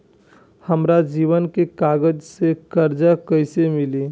हमरा जमीन के कागज से कर्जा कैसे मिली?